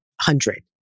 hundred